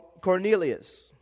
Cornelius